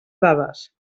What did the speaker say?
dades